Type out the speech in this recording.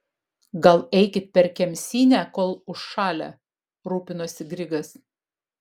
gal eikit per kemsynę kol užšalę rūpinosi grigas